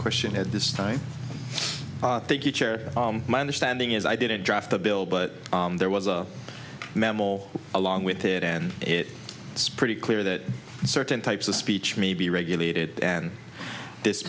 question at this time my understanding is i didn't draft the bill but there was a mammal along with it and it it's pretty clear that certain types of speech may be regulated and this